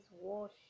wash